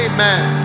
Amen